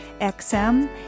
XM